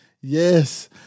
Yes